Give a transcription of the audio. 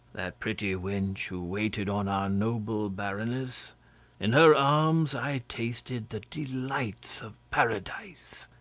that pretty wench who waited on our noble baroness in her arms i tasted the delights of paradise,